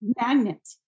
magnet